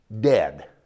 dead